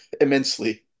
immensely